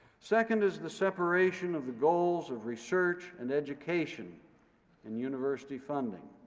second is the separation of the goals of research and education in university funding,